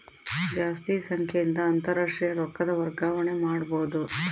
ಜಾಸ್ತಿ ಸಂಖ್ಯೆಯಿಂದ ಅಂತಾರಾಷ್ಟ್ರೀಯ ರೊಕ್ಕದ ವರ್ಗಾವಣೆ ಮಾಡಬೊದು